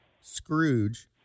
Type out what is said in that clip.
Scrooge